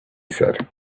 said